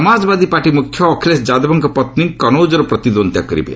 Samajwadi party ମୁଖ୍ୟ ଅଖିଳେଶ ଯାଦବଙ୍କ ପତ୍ନୀ କନୌଜରୁ ପ୍ରତିଦ୍ୱନ୍ଦ୍ୱିତା କରିବେ